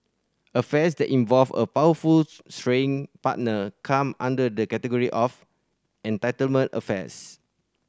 affairs that involve a powerful straying partner come under the category of entitlement affairs